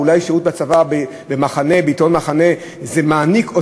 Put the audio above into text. אולי שירות בצבא בעיתון "במחנה" מעניק את